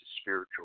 spiritual